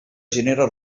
genera